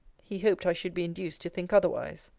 he hoped i should be induced to think otherwise.